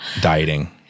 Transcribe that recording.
dieting